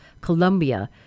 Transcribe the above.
Colombia